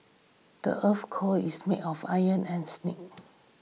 the earth's core is made of iron and nickel